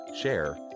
share